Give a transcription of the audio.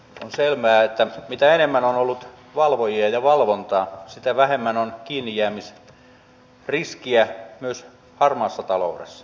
on selvää että mitä enemmän on ollut valvojia ja valvontaa sitä enemmän on kiinnijäämisriskiä myös harmaassa taloudessa